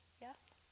Yes